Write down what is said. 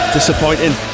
Disappointing